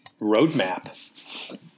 roadmap